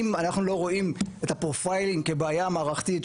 אם אנחנו לא רואים את הפרופיילינג כבעיה מערכתית,